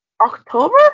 October